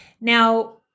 Now